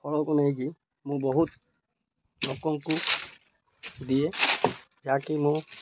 ଫଳକୁ ନେଇକି ମୁଁ ବହୁତ ଲୋକଙ୍କୁ ଦିଏ ଯାହାକି ମୁଁ